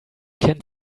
can